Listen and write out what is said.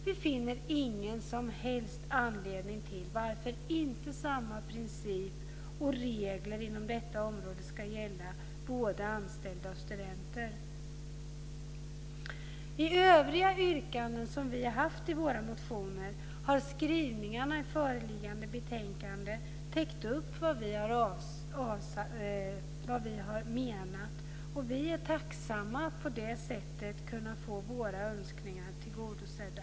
Vi finner ingen som helst anledning till varför inte samma princip och regler inom detta område ska gälla både anställda och studenter. I övriga yrkanden som vi har haft i våra motioner har skrivningarna i föreliggande betänkande täckt upp vad vi har menat. Vi är tacksamma över att på det sättet kunna få våra önskningar tillgodosedda.